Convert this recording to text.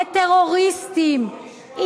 לטרוריסטים.